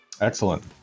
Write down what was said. Excellent